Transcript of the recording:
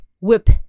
whip